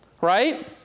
right